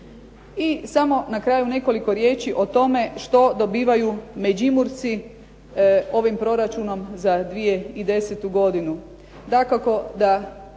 I samo na kraju nekoliko riječi o tome što dobivaju Međimurci ovim proračunom za 2010. godinu.